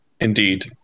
Indeed